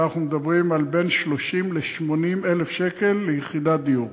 ואנחנו מדברים על בין 30,000 ל-80,000 שקל ליחידת דיור.